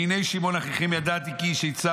והינה שמעון אחיכם ידעתי כי איש עצה